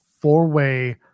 four-way